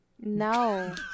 No